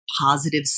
positive